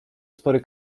spory